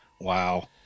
Wow